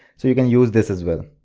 so you can use this as well.